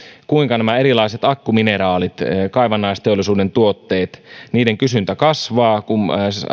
kuinka erilaisten akkumineraalien kaivannaisteollisuuden tuotteiden kysyntä kasvaa kun